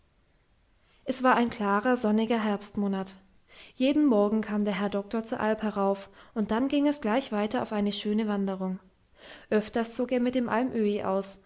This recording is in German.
es war ein klarer sonniger herbstmonat jeden morgen kam der herr doktor zur alp herauf und dann ging es gleich weiter auf eine schöne wanderung öfters zog er mit dem almöhi aus